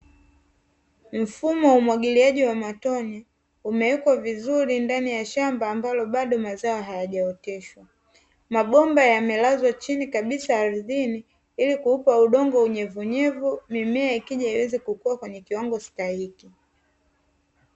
Mfumo wa umwagiliaji wa matone umewekwa vizuri ndani ya shamba ambalo bado mazao hayajaoteshwa. Mabomba yamelazwa chini kabisa ardhini ili kuupa udongo unyevunyevu, mimea ikija iweze kukua kwenye kiwango stahiki.